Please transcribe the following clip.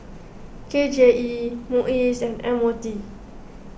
K J E Muis and M O T